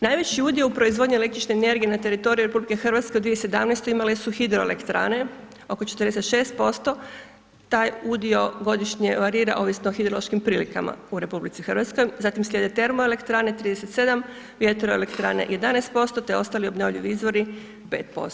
Najviši udio u proizvodnji električne energije na teritoriju RH u 2017. imale su hidroelektrane oko 46%, taj udio godišnje varira ovisno o hidrološkim prilikama u RH, zatim slijede termoelektrane 37, vjetroelektrane 11%, te ostali obnovljivi izvori 5%